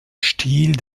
stil